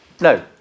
No